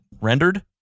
rendered